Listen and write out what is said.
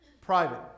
private